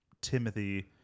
Timothy